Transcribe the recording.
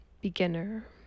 beginner